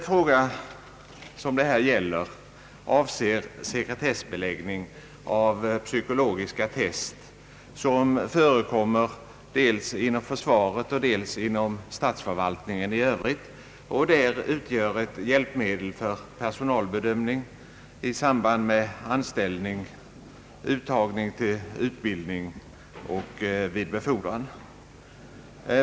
Frågan gäller sekretessbeläggningen av de psykologiska test som förekommer dels inom försvaret och dels inom statsförvaltningen i övrigt och där utgör ett hjälpmedel för personalbedömning i samband med anställning, uttagning till utbildning och vid befordran.